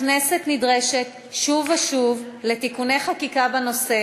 הכנסת נדרשת שוב ושוב לתיקוני חקיקה בנושא